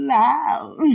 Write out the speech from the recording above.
loud